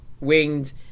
winged